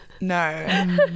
No